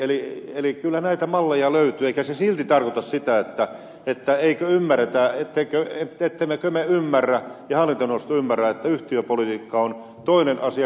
eli kyllä näitä malleja löytyy eikä se silti tarkoita sitä ettemmekö me ymmärrä ja hallintoneuvosto ymmärrä että yhtiöpolitiikka on toinen asia kuin ohjelmapolitiikka